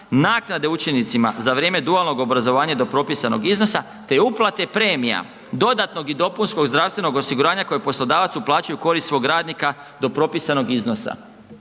naknade učenicima za vrijeme dualnog obrazovanja do propisanog iznosa te uplate premija dodatnog i dopunskog zdravstvenog osiguranja koje poslodavac uplaćuje u korist svog radnika do propisanog iznosa.